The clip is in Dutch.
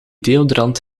deodorant